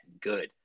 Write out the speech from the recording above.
good